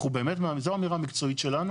זו אמירה מקצועית שלנו.